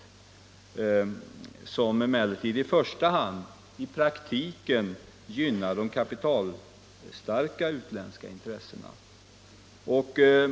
Den gynnar emellertid i första hand de kapitalstarka utländska intressena.